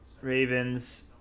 Ravens